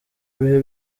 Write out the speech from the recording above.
bihe